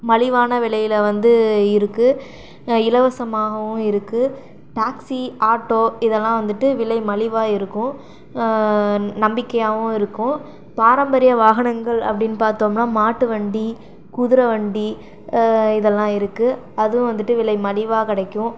மலிவான விலையில் வந்து இருக்குது இலவசமாகவும் இருக்குது டாக்சி ஆட்டோ இதெல்லாம் வந்துட்டு விலை மலிவாக இருக்கும் நம்பிக்கையாவும் இருக்கும் பாரம்பரிய வாகனங்கள் அப்படின்னு பார்த்தோம்னா மாட்டுவண்டி குதிரைவண்டி இதெல்லாம் இருக்குது அதுவும் வந்துட்டு விலை மலிவாக கிடைக்கும்